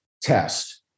test